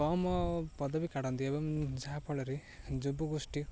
କମ ପଦବୀ କାଢ଼ନ୍ତି ଏବଂ ଯାହାଫଳରେ ଯୁବ ଗୋଷ୍ଠୀ